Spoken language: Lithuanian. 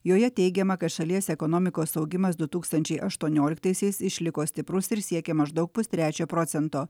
joje teigiama kad šalies ekonomikos augimas du tūkstančiai aštuonioliktaisiais išliko stiprus ir siekė maždaug pustrečio procento